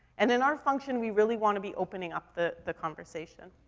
and in our function, we really wanna be opening up the, the conversation.